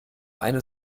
eine